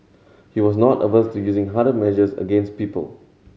he was not averse to using harder measures against people